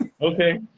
okay